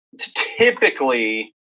Typically